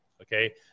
Okay